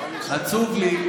עצוב לי.